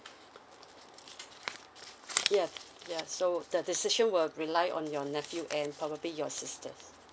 yeah yeah so the decision will rely on your nephew and probably your sister